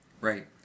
Right